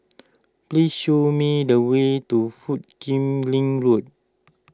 please show me the way to Foo Kim Lin Road